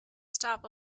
stop